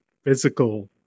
Physical